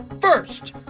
First